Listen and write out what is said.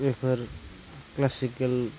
बेफोर क्लासिकेल